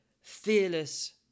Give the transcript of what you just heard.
fearless